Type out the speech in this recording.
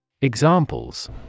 Examples